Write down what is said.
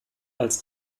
als